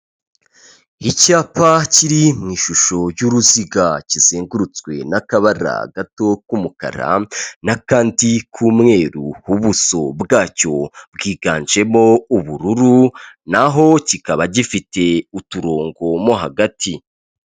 Icyapa kiri mu ishusho y'uruziga kizengurutswe n'akabara gato k'umukara n'akandi k'umweru ubuso bwacyo bwiganjemo ubururu, naho kikaba gifite uturongo mo hagati.